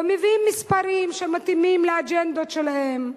ומביאים מספרים שמתאימים לאג'נדות שלהם.